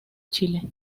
chile